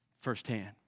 firsthand